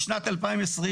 בשנת 2020,